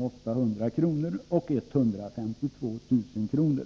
800 och 152 000 kr.